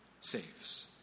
saves